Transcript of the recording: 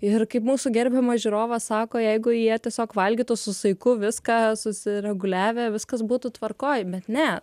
ir kaip mūsų gerbiamas žiūrovas sako jeigu jie tiesiog valgytų su saiku viską susireguliavę viskas būtų tvarkoj bet ne